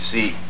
see